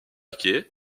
quai